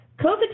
COVID